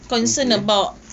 okay